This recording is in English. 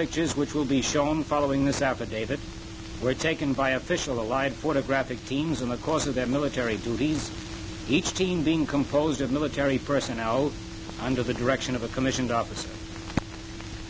pictures which will be shown following this affidavit were taken by official allied for the graphic teams in the course of their military duties each team being composed of military personnel under the direction of a commissioned officer